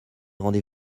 rendez